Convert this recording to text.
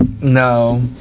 No